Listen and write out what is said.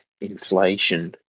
inflation